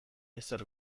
ezer